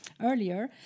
earlier